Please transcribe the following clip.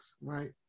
right